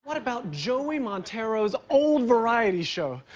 what about joey montero's old variety show?